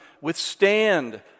withstand